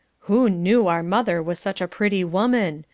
who knew our mother was such a pretty woman?